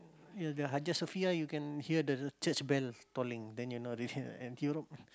near the Hagia Sophia you can hear the church bell tolling then you know and Europe